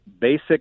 basic